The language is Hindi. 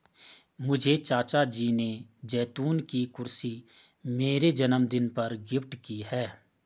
मुझे चाचा जी ने जैतून की कुर्सी मेरे जन्मदिन पर गिफ्ट की है